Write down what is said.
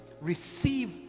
receive